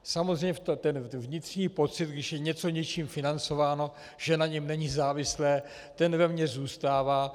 Samozřejmě ten vnitřní pocit, když je něco něčím financováno, že na něm není závislé, ten ve mně zůstává.